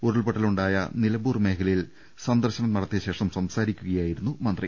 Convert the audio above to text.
ഉരുൾപൊട്ടലുണ്ടായ നിലമ്പൂർ മേഖലയിൽ സന്ദർശനം നടത്തിയ ശേഷം സംസാരിക്കുകയായിരുന്നു മന്ത്രി